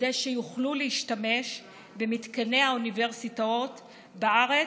כדי שיוכלו להשתמש במתקני האוניברסיטאות בארץ,